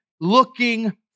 looking